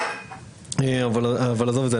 אבל עזוב את זה,